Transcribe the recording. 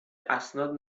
اسناد